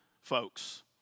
folks